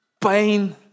Pain